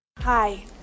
hi